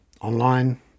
online